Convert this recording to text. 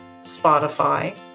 Spotify